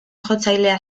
jotzailea